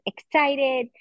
excited